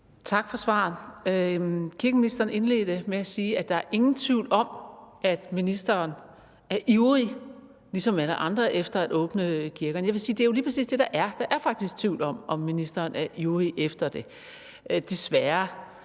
Tak for svaret. Kirkeministeren indledte med at sige, at der er ingen tvivl om, at ministeren er ivrig ligesom alle andre efter at åbne kirkerne. Jeg vil sige, at det jo er lige præcis det, der er: Der er faktisk tvivl om, om ministeren er ivrig efter det – desværre.